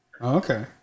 Okay